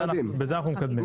בזה אנחנו מקדמים.